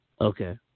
Okay